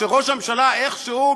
שראש הממשלה איכשהו,